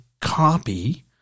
copy